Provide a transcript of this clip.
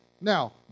now